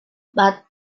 but